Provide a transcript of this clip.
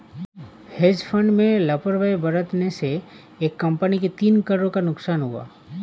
hedge fund में लापरवाही बरतने से एक कंपनी को तीन करोड़ का नुकसान हुआ